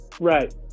right